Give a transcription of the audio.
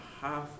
half